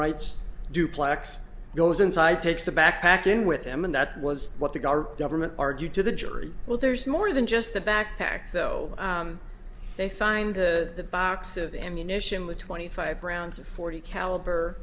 rights duplex goes inside takes the backpack in with him and that was what the guard government argued to the jury well there's more than just the backpack though they find the box of ammunition with twenty five rounds of forty caliber